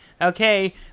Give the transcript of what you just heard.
Okay